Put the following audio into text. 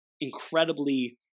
incredibly